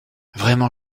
vraiment